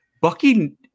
Bucky